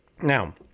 Now